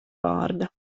vārda